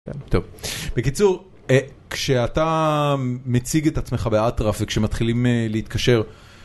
בקיצור, כשאתה מציג את עצמך באטרף וכשמתחילים להתקשר